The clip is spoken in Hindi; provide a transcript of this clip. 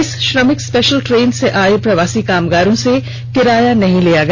इस श्रमिक स्पेषल ट्रेन से आये प्रवासी कामगारों से किराया नहीं लिया गया